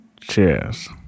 cheers